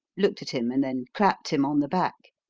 looked at him, and then clapped him on the back.